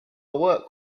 work